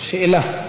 שאלה.